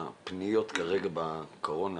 לפניות כרגע בתקופת הקורונה,